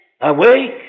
Awake